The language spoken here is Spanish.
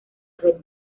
red